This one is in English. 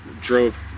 drove